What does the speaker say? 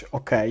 ok